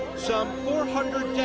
some four hundred dead,